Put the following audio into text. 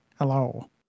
Hello